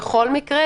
בכל מקרה,